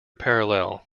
parallel